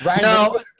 No